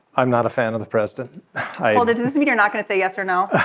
i'm not a fan of the president i mean you're not going to say yes or no